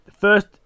First